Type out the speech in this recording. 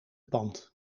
pand